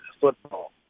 football